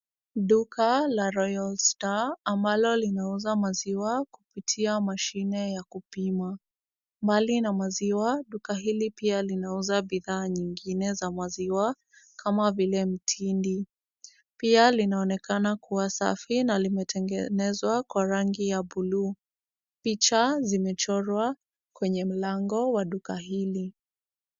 Duka la Royal star , ambalo linauza maziwa kupitia mashine ya kupima. Mbali na maziwa, duka hili pia linauza bidhaa nyingine za maziwa, kama vile mtindi. Pia linaonekana kuwa safi na limetengenezwa kwa rangi ya blue . Picha zimechorwa kwenye mlango wa duka hili.